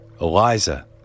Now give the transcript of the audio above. Eliza